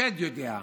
השד יודע,